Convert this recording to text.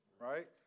Right